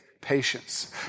patience